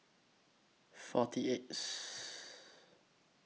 forty eightth